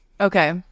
Okay